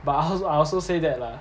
but also I also say that lah